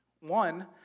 One